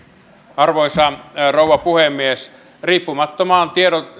arvoisa rouva puhemies riippumattomaan